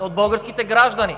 от българските граждани.